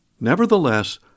Nevertheless